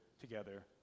together